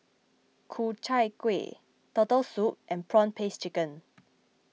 Ku Chai Kueh Turtle Soup and Prawn Paste Chicken